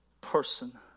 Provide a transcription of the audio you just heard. person